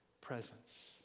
presence